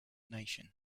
nation